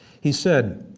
he said,